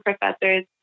professors